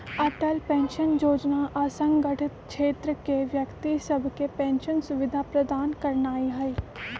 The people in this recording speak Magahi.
अटल पेंशन जोजना असंगठित क्षेत्र के व्यक्ति सभके पेंशन सुविधा प्रदान करनाइ हइ